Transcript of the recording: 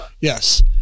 Yes